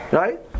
right